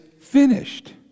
finished